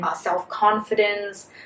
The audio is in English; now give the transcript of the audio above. self-confidence